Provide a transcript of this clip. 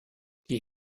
die